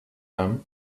them